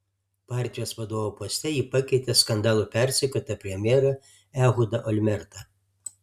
partijos vadovo poste ji pakeitė skandalų persekiotą premjerą ehudą olmertą